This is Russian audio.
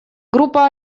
группа